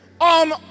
on